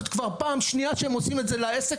זאת כבר פעם שנייה שהם עושים את זה לעסק